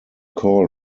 call